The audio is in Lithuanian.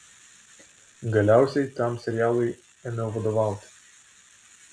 galiausiai tam serialui ėmiau vadovauti